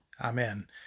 amen